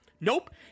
nope